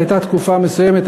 הייתה תקופה מסוימת,